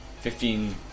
Fifteen